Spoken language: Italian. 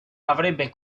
avrebbe